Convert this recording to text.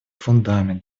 фундамент